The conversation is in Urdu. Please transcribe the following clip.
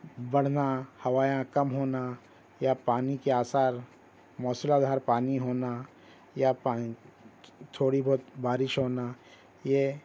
بڑھنا ہواٮٔیں کم ہونا یا پانی کے آثار موسلا دھار پانی ہونا یا پانی تھوڑی بہت بارش ہونا یہ